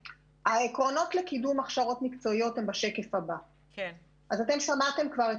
העקרונות לקידום הכשרות מקצועיות שמעתם כבר על